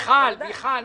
בואו נתקדם.